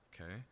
okay